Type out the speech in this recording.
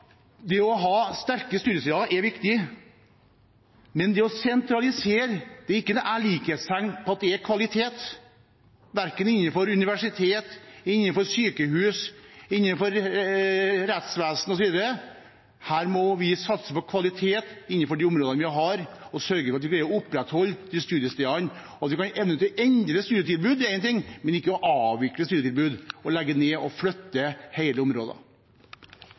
er det ikke noe likhetstegn mellom det og kvalitet, verken innenfor universiteter, sykehus, rettsvesen osv. Her må vi satse på kvalitet innenfor de områdene vi har, og sørge for at vi greier å opprettholde studiestedene. At man kan ende med å endre studietilbud er én ting, men ikke med å avvikle studietilbud, legge dem ned og flytte hele